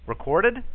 Recorded